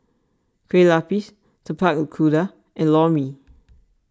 Kueh Lupis Tapak Kuda and Lor Mee